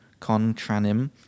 Contranim